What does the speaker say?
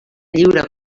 lliure